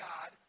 God